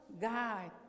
God